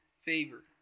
favor